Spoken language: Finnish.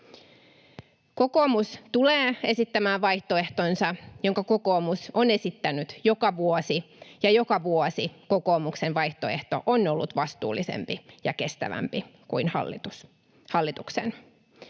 Kokoomus tulee esittämään vaihtoehtonsa, jonka kokoomus on esittänyt joka vuosi, ja joka vuosi kokoomuksen vaihtoehto on ollut vastuullisempi ja kestävämpi kuin hallituksen.